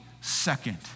second